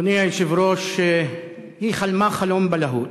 אדוני היושב-ראש, היא חלמה חלום בלהות.